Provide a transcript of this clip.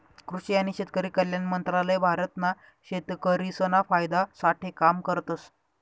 कृषि आणि शेतकरी कल्याण मंत्रालय भारत ना शेतकरिसना फायदा साठे काम करतस